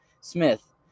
Smith